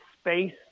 space